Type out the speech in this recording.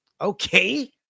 Okay